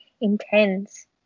intense